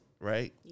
right